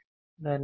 धन्यवाद